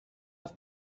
have